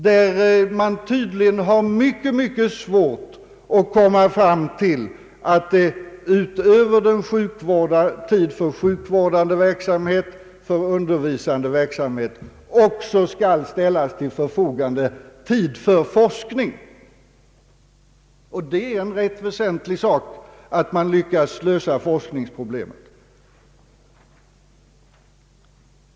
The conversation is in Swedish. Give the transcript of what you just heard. Här har man tydligen mycket svårt att komma fram till att utöver tid för sjukvårdande verksamhet och för undervisande verksamhet också skall ställas till förfogande tid för forskning. Det är en rätt väsentlig sak att man lyckas lösa forsk ningsproblemet.